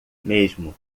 mesmo